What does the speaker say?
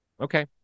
Okay